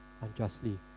unjustly